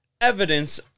Evidence